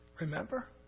Remember